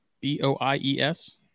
B-O-I-E-S